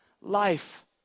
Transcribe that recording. life